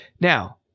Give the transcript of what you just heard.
Now